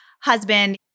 husband